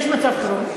יש מצב חירום.